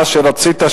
מה שרצית,